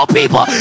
people